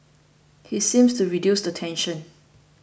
he seems to reduce the tension